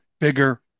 bigger